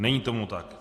Není tomu tak.